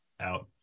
out